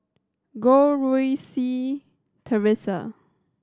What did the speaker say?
Goh Rui Si Theresa